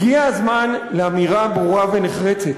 הגיע הזמן לאמירה ברורה ונחרצת,